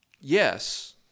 yes